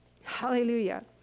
Hallelujah